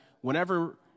whenever